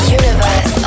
universe